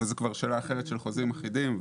וזו כבר שאלה אחרת של חוזים אחידים,